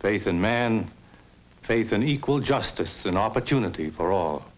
faith in man fades in equal justice and opportunity for our